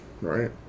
Right